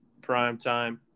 primetime